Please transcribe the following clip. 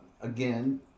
again